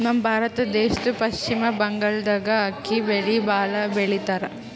ನಮ್ ಭಾರತ ದೇಶದ್ದ್ ಪಶ್ಚಿಮ್ ಬಂಗಾಳ್ದಾಗ್ ಅಕ್ಕಿ ಬೆಳಿ ಭಾಳ್ ಬೆಳಿತಾರ್